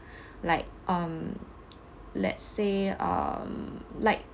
like um let's say um like